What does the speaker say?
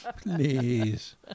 please